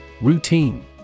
Routine